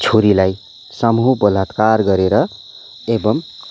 छोरीलाई समूह बलात्कार गरेर एवम्